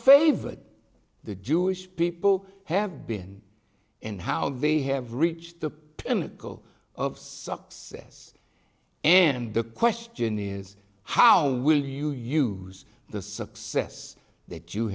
favored the jewish people have been and how they have reached the pinnacle of success and the question is how will you use the success that you